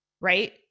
Right